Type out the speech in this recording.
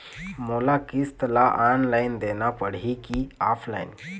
मोला किस्त ला ऑनलाइन देना पड़ही की ऑफलाइन?